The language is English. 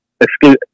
excuse